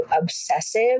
obsessive